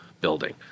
building